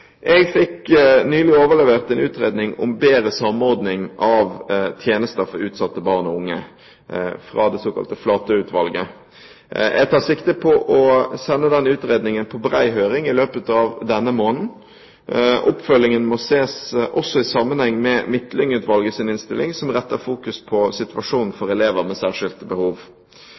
Jeg fikk nylig overlevert en utredning om bedre samordning av tjenester for utsatte barn og unge fra det såkalte Flatø-utvalget. Jeg tar sikte på å sende denne utredningen på bred høring i løpet av denne måneden. Oppfølgingen må ses også i sammenheng med Midtlyng-utvalgets innstilling, som retter fokus mot situasjonen for elever med særskilte behov.